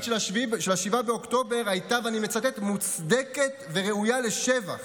של 7 באוקטובר הייתה "מוצדקת וראויה לשבח",